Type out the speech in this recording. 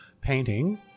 painting